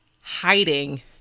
hiding